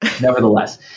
Nevertheless